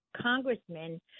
congressmen